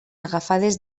agafades